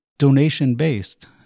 donation-based